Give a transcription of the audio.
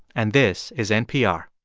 and this is npr